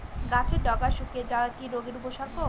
গাছের ডগা শুকিয়ে যাওয়া কি রোগের উপসর্গ?